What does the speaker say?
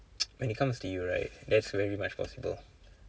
when it comes to you right that's very much possible